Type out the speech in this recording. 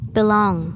Belong